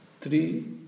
three